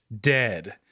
dead